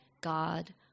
God